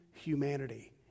humanity